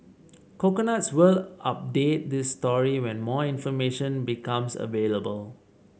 coconuts will update this story when more information becomes available